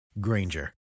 Granger